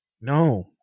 no